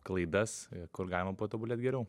klaidas kur galima patobulėt geriau